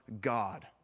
God